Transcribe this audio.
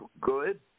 good